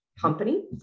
company